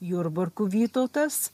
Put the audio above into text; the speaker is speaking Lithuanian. jurbarku vytautas